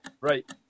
Right